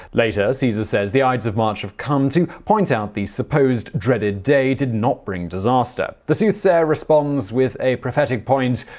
later, caesar says, the ides of march have come to point out the supposed dreaded day did not bring disaster. the soothsayer responds with a prophetic point,